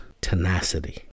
Tenacity